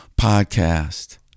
podcast